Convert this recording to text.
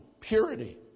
Purity